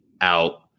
out